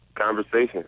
conversation